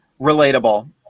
Relatable